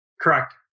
Correct